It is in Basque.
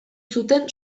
zuten